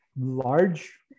large